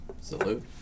Salute